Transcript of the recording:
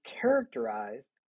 characterized